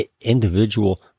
Individual